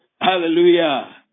Hallelujah